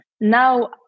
now